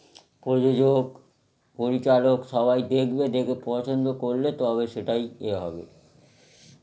প্রযোজক পরিচালক সবাই দেখবে দেখে পছন্দ করলে তবে সেটাই এ হবে